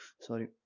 sorry